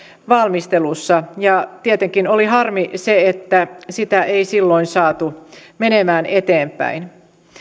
valmistelussa ja tietenkin oli harmi että sitä ei silloin saatu menemään eteenpäin